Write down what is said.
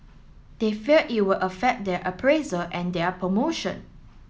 they fear it will affect their appraisal and their promotion